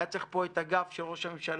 היה צריך פה את הגב של ראש הממשלה